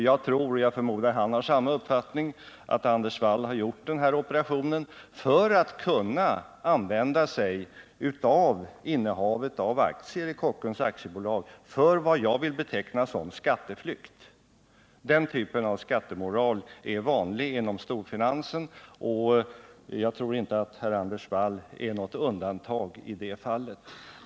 Jag förmodar att han har samma uppfattning som jag, nämligen att Anders Wall gjort den här operationen för att kunna använda sig av innehavet av aktier i Kockums AB för vad jag vill beteckna som skatteflykt. Den typen av skatteflykt är vanlig inom storfinansen, och jag tror inte att herr Anders Wall är något undantag i det fallet.